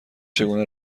چگونه